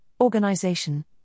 organization